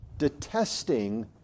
detesting